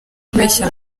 kubeshya